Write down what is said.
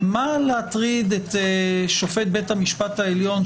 למה להטריד את שופט בית המשפט העליון,